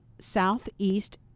Southeast